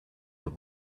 the